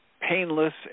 painless